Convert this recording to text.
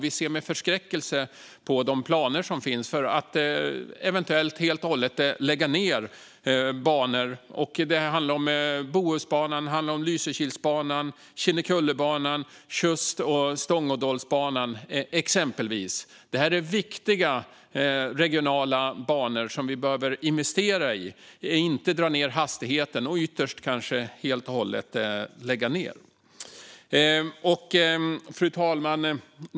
Vi ser med förskräckelse på de planer som finns för att eventuellt helt och hållet lägga ned banor. Det handlar exempelvis om Bohusbanan, Lysekilsbanan, Kinnekullebanan, Tjustbanan och Stångådalsbanan. Detta är viktiga regionala banor som vi behöver investera i och inte dra ned hastigheten på och ytterst kanske helt och hållet lägga ned. Fru talman!